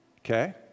okay